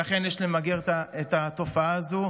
לכן יש למגר את התופעה הזו.